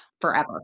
forever